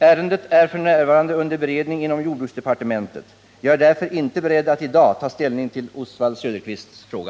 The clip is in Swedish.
Ärendet är f. n. under beredning inom jordbruksdepartementet. Jag är därför inte beredd att i dag ta ställning till Oswald Söderqvists fråga.